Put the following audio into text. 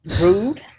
Rude